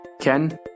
Ken